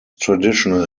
traditional